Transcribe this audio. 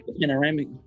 panoramic